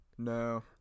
No